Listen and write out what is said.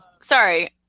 sorry